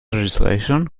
legislation